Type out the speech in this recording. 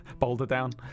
Boulderdown